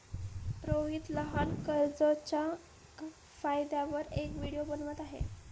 रोहित लहान कर्जच्या फायद्यांवर एक व्हिडिओ बनवत आहे